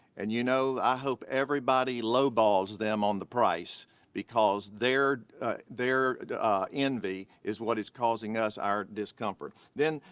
and you know, i hope everybody low-balls them on the price because their their envy is what is causing us our discomfort. then,